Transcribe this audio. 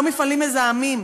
לא מפעלים מזהמים.